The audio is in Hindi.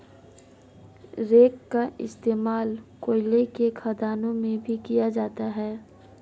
रेक का इश्तेमाल कोयले के खदानों में भी किया जाता है